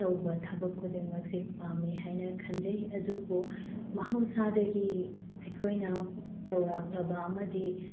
ꯇꯧꯕ ꯊꯕꯛ ꯈꯨꯗꯤꯡꯃꯛꯁꯤ ꯄꯥꯝꯃꯤ ꯍꯥꯏꯅ ꯈꯟꯖꯩ ꯑꯗꯨꯕꯨ ꯃꯍꯧꯁꯥꯗꯒꯤ ꯑꯩꯈꯣꯏꯅ ꯇꯧꯔꯛꯂꯕ ꯑꯃꯗꯤ